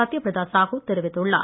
சத்யப்பிரதா சாஹு தெரிவித்துள்ளார்